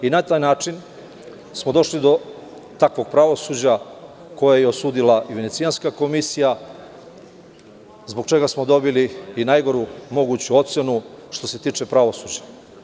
Na taj način smo došli do takvog pravosuđa koje je osudila i Venecijanska komisija, zbog čega smo dobili i najgoru moguću ocenu što se tiče pravosuđa.